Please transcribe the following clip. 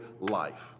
life